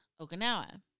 Okinawa